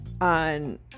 on